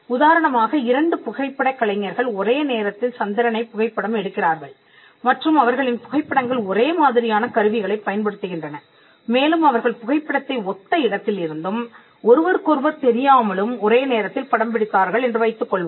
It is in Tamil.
உதாரணமாக இரண்டு புகைப்பட கலைஞர்கள் ஒரே நேரத்தில் சந்திரனை புகைப்படம் எடுக்கிறார்கள் மற்றும் அவர்களின் புகைப்படங்கள் ஒரே மாதிரியான கருவிகளைப் பயன்படுத்துகின்றன மேலும் அவர்கள் புகைப்படத்தை ஒத்த இடத்திலிருந்தும் ஒருவருக்கொருவர் தெரியாமலும் ஒரே நேரத்தில் படம் பிடித்தார்கள் என்று வைத்துக்கொள்வோம்